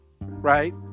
right